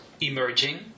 emerging